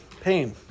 Pain